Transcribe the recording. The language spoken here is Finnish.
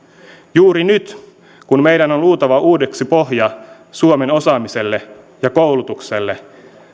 juuri nyt kun meidän on luotava uudeksi pohja suomen osaamiselle ja koulutukselle